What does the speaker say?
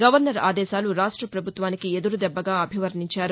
governor ఆదేశాలు రాష్ట ప్రభుత్వానికి ఎదురుదెబ్బగా అభివర్ణించారు